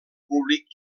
públic